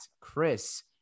Chris